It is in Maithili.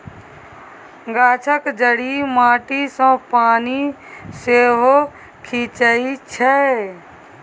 गाछक जड़ि माटी सँ पानि सेहो खीचई छै